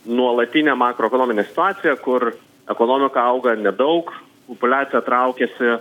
nuolatinę makroekonominę situaciją kur ekonomika auga nedaug populiacija traukiasi